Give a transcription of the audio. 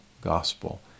gospel